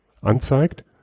anzeigt